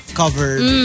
covered